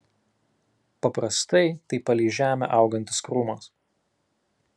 paprastai tai palei žemę augantis krūmas